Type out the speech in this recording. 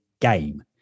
game